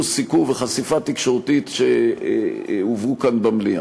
סיקור וחשיפה תקשורתית שהובאו כאן במליאה,